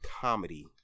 comedy